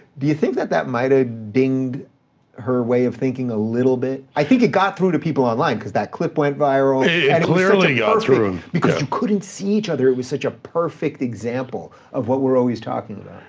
do you think that that might have ah dinged her way of thinking a little bit? i think it got through to people online, cause that clip went viral. it and clearly got ah through because you couldn't see each other, it was such a perfect example of what we're always talking about.